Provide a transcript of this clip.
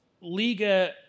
Liga